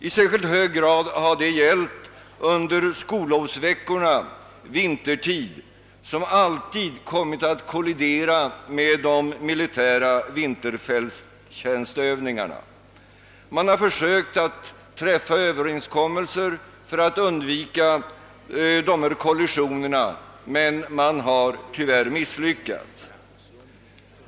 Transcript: I särskilt hög grad har det gällt under skol lovsveckorna vintertid, som alltid kommit att kollidera med de militära vinterfälttjänstövningarna. Man har försökt att träffa överenskommelser för att undvika dessa kollisioner, men man har tyvärr misslyckats.